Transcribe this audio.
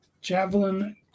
Javelin